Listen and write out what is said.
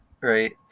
right